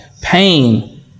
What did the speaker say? pain